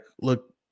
look